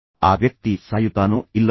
ಆ ವ್ಯಕ್ತಿ ಸಾಯುತ್ತಾನೋ ಇಲ್ಲವೋ